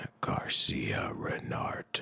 Garcia-Renart